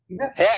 Heck